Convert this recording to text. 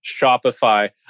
Shopify